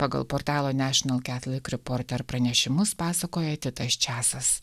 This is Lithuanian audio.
pagal portalo nešinal ketlik riporter pranešimus pasakoja titas časas